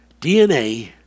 DNA